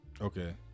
Okay